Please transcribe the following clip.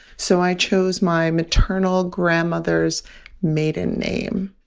so i chose my maternal grandmother's maiden name.